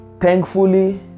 Thankfully